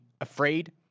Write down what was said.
afraid